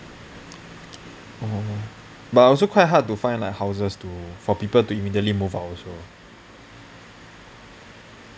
oh but also quite hard to find like houses to for people to immediately move out also